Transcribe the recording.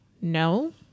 no